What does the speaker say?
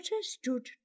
stood